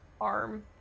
arm